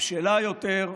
בשלה יותר,